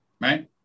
Right